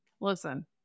listen